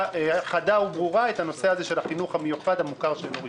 ברורה וחדה את הנושא של החינוך המיוחד המוכר שאינו רשמי.